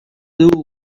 dugu